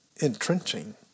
Entrenching